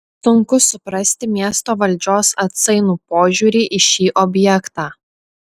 sunku suprasti miesto valdžios atsainų požiūrį į šį objektą